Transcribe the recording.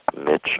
Mitch